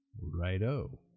Righto